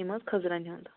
یِم حظ خٔزٕرَن ہُنٛد